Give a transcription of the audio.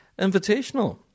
Invitational